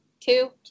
Two